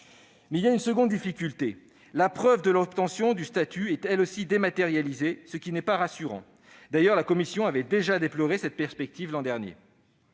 Cependant, une seconde difficulté surgit : la preuve de l'obtention du statut est, elle aussi, dématérialisée, ce qui n'est pas rassurant ; d'ailleurs, notre commission avait déjà déploré cette perspective l'an dernier.